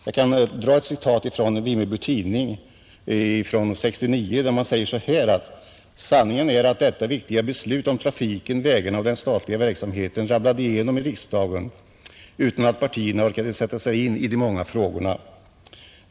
Jag kan ta ett citat ur Vimmerby Tidning från år 1969, där man säger: ”Sanningen är att detta viktiga beslut om trafiken, vägarna och den statliga verksamheten ramlade igenom i riksdagen utan att partierna orkade sätta sig in i de många frågorna.